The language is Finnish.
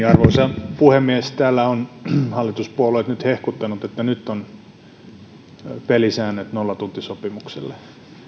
arvoisa puhemies täällä ovat hallituspuolueet nyt hehkuttaneet että nyt on pelisäännöt nollatuntisopimukselle